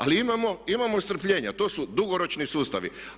Ali imajmo strpljenja, to su dugoročni sustavi.